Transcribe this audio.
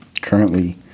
currently